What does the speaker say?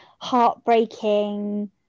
heartbreaking